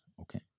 okay